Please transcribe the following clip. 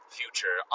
future